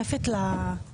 יכול